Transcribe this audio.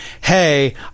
Hey